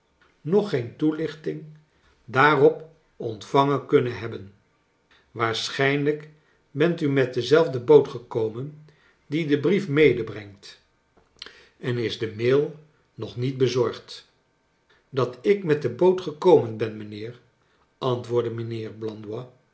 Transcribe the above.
nog geen toelichting daarop ontvangen kunnen hebben waarschijnlijk bent u met dezelfde boot gekomen die den brief medebrengt en is de mail nog niet bezorgd dat ik met de boot gekomen ben mijnheer antwoordde mijnheer